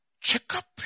checkup